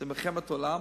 זו מלחמת עולם,